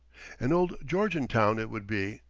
an old georgian town it would be,